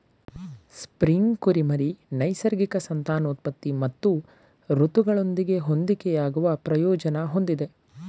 spring ಕುರಿಮರಿ ನೈಸರ್ಗಿಕ ಸಂತಾನೋತ್ಪತ್ತಿ ಮತ್ತು ಋತುಗಳೊಂದಿಗೆ ಹೊಂದಿಕೆಯಾಗುವ ಪ್ರಯೋಜನ ಹೊಂದಿದೆ